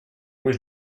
was